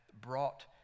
brought